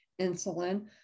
insulin